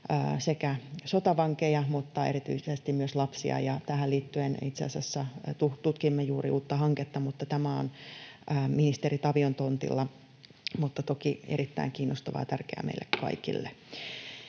sekä sotavankeja että erityisesti myös lapsia. Tähän liittyen itse asiassa tutkimme juuri uutta hanketta. Tämä on ministeri Tavion tontilla, mutta toki erittäin kiinnostava ja tärkeä meille kaikille.